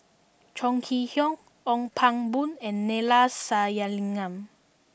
Chong Kee Hiong Ong Pang Boon and Neila Sathyalingam